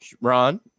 Ron